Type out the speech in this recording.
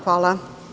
Hvala.